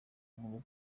inkuru